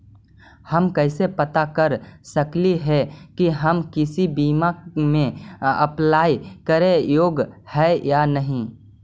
हम कैसे पता कर सकली हे की हम किसी बीमा में अप्लाई करे योग्य है या नही?